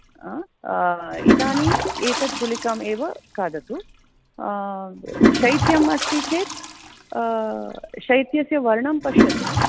हा इदानीं एतत् गुलिकाम् एव खादतु शैत्यं अस्ति चेत् शैत्यस्य वर्णं पश्यतु